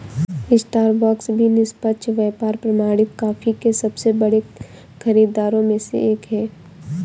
Starbucks भी निष्पक्ष व्यापार प्रमाणित कॉफी के सबसे बड़े खरीदारों में से एक है